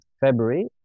February